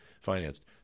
financed